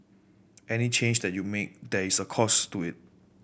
any change that you make there is a cost to it